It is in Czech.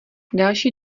další